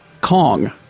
Kong